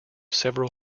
several